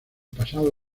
paso